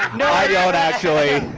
know. i don't actually.